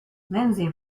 lindsey